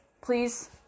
please